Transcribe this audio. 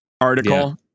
article